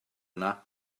yna